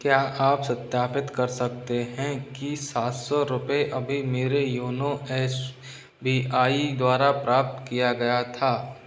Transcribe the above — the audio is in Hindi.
क्या आप सत्यापित कर सकते हैं कि सात सौ रुपये अभी मेरे योनो एस बी आई द्वारा प्राप्त किया गया था